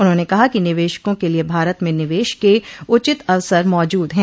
उन्होंने कहा कि निवेशकों के लिये भारत में निवेश के उचित अवसर मौजूद है